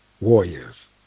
warriors